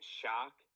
shock